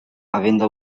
avendo